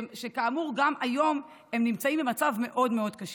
שכאמור גם היום הם נמצאים במצב מאוד מאוד קשה.